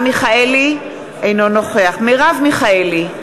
אינו נוכח מרב מיכאלי,